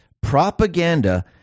propaganda